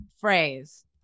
phrase